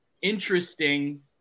Interesting